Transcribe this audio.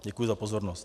Děkuji za pozornost.